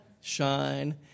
Shine